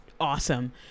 awesome